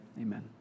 Amen